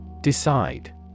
decide